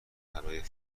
برای